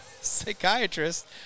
psychiatrist